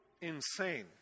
insane